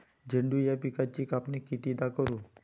झेंडू या पिकाची कापनी कितीदा करू?